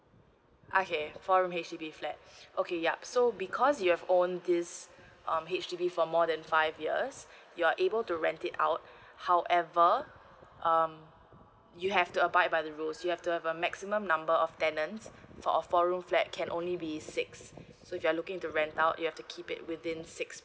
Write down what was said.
okay for H_D_B flat okay yup so because you've owned this um H_D_B for more than five years you're able to rent it out however um you have to abide by the rules you have to have a maximum number of tenants for a four room flat can only be six so you are looking to rent out you have to keep it within six